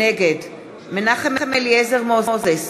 נגד מנחם אליעזר מוזס,